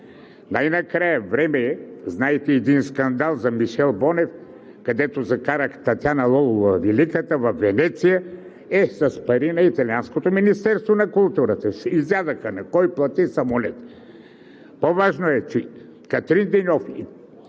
Най-накрая време е, знаете – един скандал за Мишел Бонев, където закарах великата Татяна Лолова, във Венеция, е с пари на италианското Министерство на културата. Изядоха ни – кой плати самолета. По-важно е, че Катрин Деньов